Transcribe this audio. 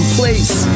place